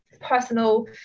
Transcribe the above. personal